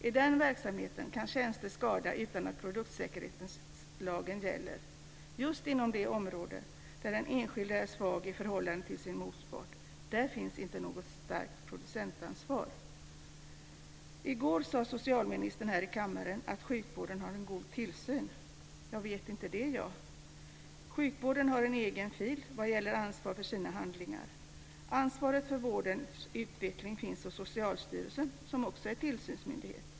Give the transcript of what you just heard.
I den verksamheten kan tjänster skada utan att produktsäkerhetslagen gäller. Det är just inom det område där den enskilde är svag i förhållande till sin motpart. Där finns inte något starkt producentansvar. I går sade socialministern här i kammaren att sjukvården har en god tillsyn. Det vet inte jag. Sjukvården har en egen fil vad gäller ansvar för sina handlingar. Ansvaret för vårdens utveckling finns hos Socialstyrelsen, som också är tillsynsmyndighet.